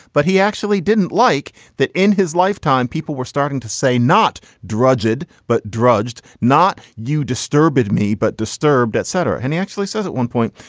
but he actually didn't like that in his lifetime. people were starting to say not drugged, but drugged. not you disturbed me, but disturbed, et cetera. and he actually says at one point,